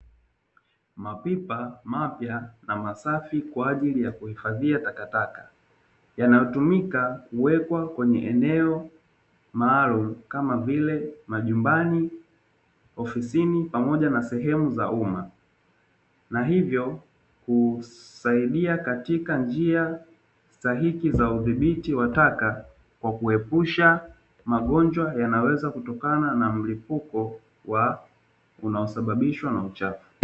Mapipa mapya na masafi kwa ajili ya kuhifadhia takataka, yanayotumika kuwekwa kwenye eneo maalumu, kama vile; majumbani, ofisini pamoja na sehemu za umma na hivyo kusaidia katika njia stahiki za udhibiti wa taka kwa kuepusha magonjwa yanaweza kutokana na mlipuko wa unaosababishwa na uchafu.